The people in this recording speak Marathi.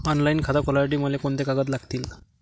ऑनलाईन खातं खोलासाठी मले कोंते कागद लागतील?